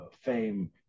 fame